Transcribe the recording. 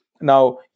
now